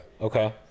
Okay